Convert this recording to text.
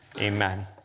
Amen